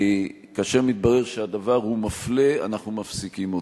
כאשר מתברר שהדבר הוא מפלה, אנחנו מפסיקים אותו.